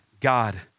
God